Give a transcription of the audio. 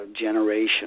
generation